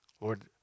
Lord